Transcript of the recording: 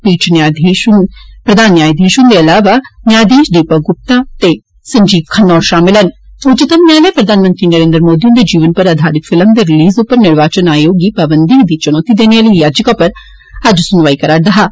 पीठ इच प्रधानन्यायधीश हुन्दे अलावा न्यायधीश दीपक गुप्ता ते संजीव खन्ना शामल उच्चतम न्यायलय प्रधानमंत्री नरेन्द्र मोदी हुन्दे जीवन उप्पर आघारित फिल्म दे रिलीज़ उप्पर निर्वाचन आयोग दी पाबंदी गी चुनौती देने आली याचिका उप्पर अज्ज सुनवाई करा'र दा हा